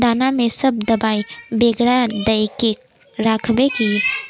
दाना में कुछ दबाई बेगरा दय के राखबे की?